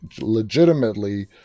legitimately